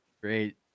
Great